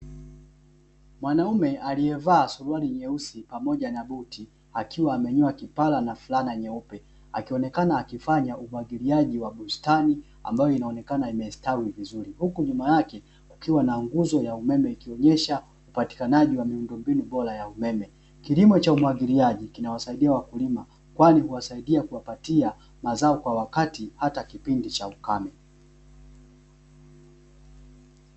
Mwanaume aliyevaa suruali nyeusi pamoja na buti, akiwa amenyoa kipara na fulana nyeupe, akionekana akifanya umwagiliaji wa bustani ambayo imeonekana imestawi vizuri, huku nyuma yake kukiwa na nguzo ya umeme ikionyesha upatikanaji wa miundombinu bora ya umeme. Kilimo cha umwagiliaji kinawasaidia wakulima kwani husaidia kuwapatia mazao kwa wakati, hata kipindi cha ukame.